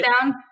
down